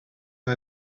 tan